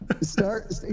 Start